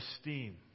esteem